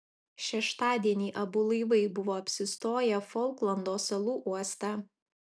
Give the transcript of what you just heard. šeštadienį abu laivai buvo apsistoję folklando salų uoste